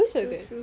true true